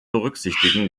berücksichtigen